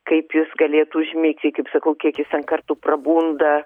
kaip jis galėtų užmigti kaip sakau kiek jis ten kartų prabunda